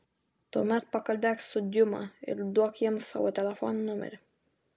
tuomet pakalbėk su diuma ir duok jiems savo telefono numerį